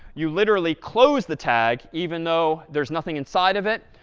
you literally close the tag, even though there's nothing inside of it.